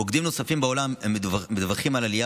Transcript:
מוקדים נוספים בעולם המדווחים על עלייה